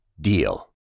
DEAL